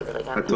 את צודקת.